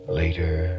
later